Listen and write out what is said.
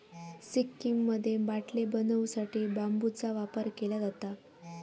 सिक्कीममध्ये बाटले बनवू साठी बांबूचा वापर केलो जाता